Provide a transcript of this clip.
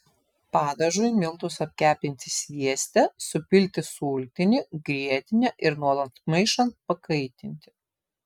padažui miltus apkepinti svieste supilti sultinį grietinę ir nuolat maišant pakaitinti